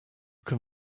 can